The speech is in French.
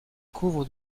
couvrent